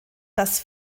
das